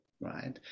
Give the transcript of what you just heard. right